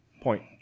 Point